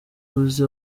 uzi